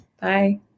Bye